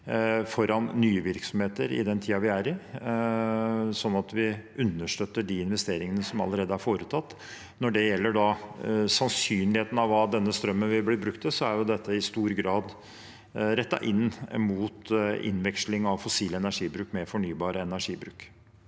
foran nye virksomheter i den tiden vi er i, sånn at vi understøtter de investeringene som allerede er foretatt. Når det gjelder sannsynligheten for hva denne strømmen vil bli brukt til, er dette i stor grad rettet inn mot innveksling av fossil energibruk med fornybar energibruk.